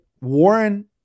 Warren